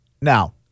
Now